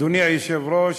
אדוני היושב-ראש,